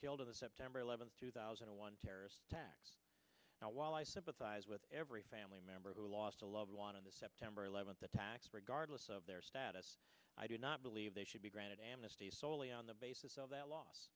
killed in the september eleventh two thousand and one terrorist attacks and while i sympathize with every family member who lost a loved one in the september eleventh attacks regardless of their status i do not believe they should be granted amnesty solely on the basis of that loss